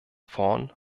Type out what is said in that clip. vorn